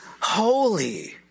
holy